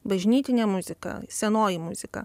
bažnytinė muzika senoji muzika